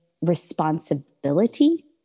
responsibility